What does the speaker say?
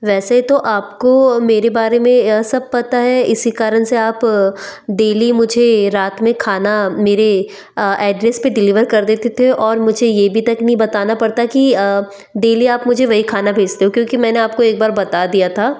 वैसे तो आपको मेरे बारे में सब पता है इसी कारण से आप डेली मुझे रात में खाना मेरे एड्रेस पर डिलीवर कर देते थे और मुझे ये भी तक नहीं बताना पड़ता कि डेली आप मुझे वही खाना भेजते हो क्योंकि मैंने आपको एक बार बता दिया था